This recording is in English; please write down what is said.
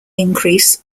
increase